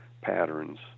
patterns